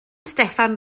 steffan